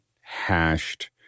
hashed